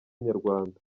inyarwanda